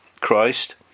Christ